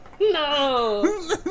No